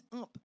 up